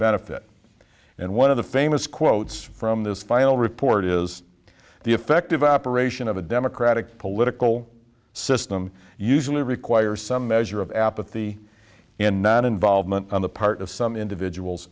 benefit and one of the famous quotes from this final report is the effective operation of a democratic political system usually requires some measure of apathy in not involvement on the part of some individuals